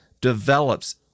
develops